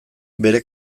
bere